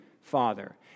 father